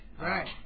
Right